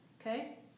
okay